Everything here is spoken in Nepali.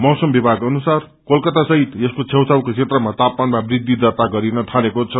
मैसम विषाग अनुसार कोलकाता सहित यसको छेउछाउका क्षेत्रमा तापमानमा वृद्धि दर्ता गरिन थालेको छ